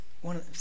one